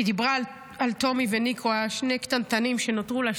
היא דיברה על טומי וניקו, שני הקטנטנים שנותרו לה.